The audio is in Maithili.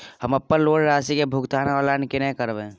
हम अपन लोन राशि के भुगतान ऑनलाइन केने करब?